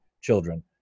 children